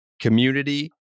community